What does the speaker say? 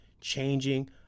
changing